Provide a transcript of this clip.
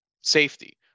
safety